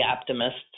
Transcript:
optimists